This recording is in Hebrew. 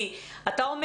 כי אתה אומר